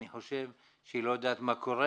אני חושב שהיא לא יודעת מה קורה,